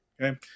Okay